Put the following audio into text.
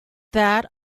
that